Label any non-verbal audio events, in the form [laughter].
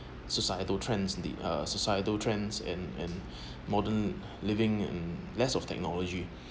societal trends the uh societal trends and and [breath] modern living and less of technology